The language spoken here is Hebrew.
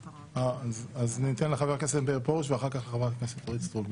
אחריו חברת הכנסת אורית סטרוק.